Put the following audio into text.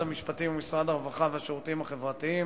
המשפטים ומשרד הרווחה והשירותים החברתיים,